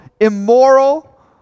immoral